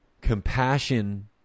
compassion